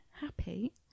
happy